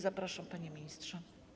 Zapraszam, panie ministrze.